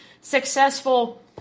successful